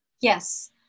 Yes